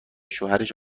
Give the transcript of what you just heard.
شوهرش